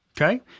Okay